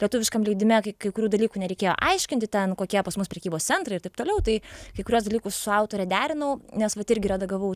lietuviškam leidime kai kurių dalykų nereikėjo aiškinti ten kokie pas mus prekybos centrai ir taip toliau tai kai kuriuos dalykus su autore derinau nes vat irgi redagavau